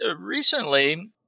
recently